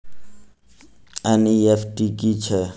NEFT की छीयै?